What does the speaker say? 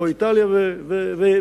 כמו איטליה ואירלנד,